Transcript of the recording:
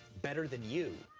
better than you.